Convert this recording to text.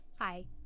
Hi